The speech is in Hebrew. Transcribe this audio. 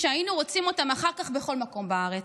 שהיינו רוצים אותם אחר כך בכל מקום בארץ.